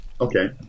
Okay